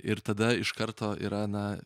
ir tada iš karto yra na